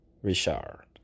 Richard